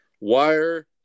Wire